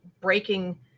breaking